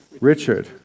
Richard